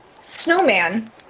snowman